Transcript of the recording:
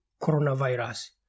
coronavirus